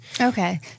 Okay